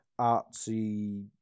Artsy